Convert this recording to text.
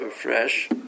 fresh